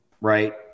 right